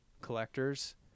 collectors